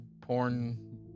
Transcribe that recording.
porn